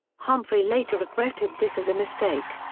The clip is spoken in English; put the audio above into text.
humphrey later regretted this as a mistake.